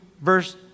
verse